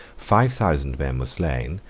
five thousand men were slain,